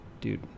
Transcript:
dude